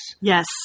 yes